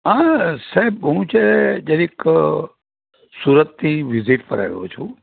હા સાહેબ હું છે જરીક સુરતથી વિઝિટ પર આવ્યો છું